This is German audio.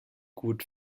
gut